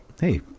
Hey